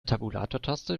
tabulatortaste